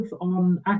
on